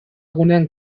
gunean